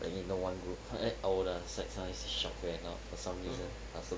and you know one group quite old ah suddenly shout very loud for some reason I also